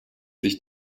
sich